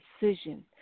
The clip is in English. decision